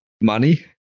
money